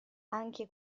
anche